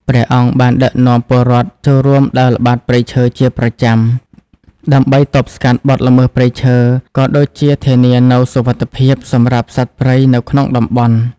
ព្រះអង្គបានដឹកនាំពលរដ្ឋចូលរួមដើរល្បាតព្រៃឈើជាប្រចាំ ដើម្បីទប់ស្កាត់បទល្មើសព្រៃឈើ ក៏ដូចជាធានានូវសុវត្ថិភាពសម្រាប់សត្វព្រៃនៅក្នុងតំបន់។